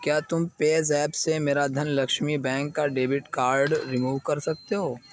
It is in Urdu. کیا تم پیزیپ سے میرا دھن لکشمی بینک کا ڈیبٹ کارڈ رموو کر سکتے ہو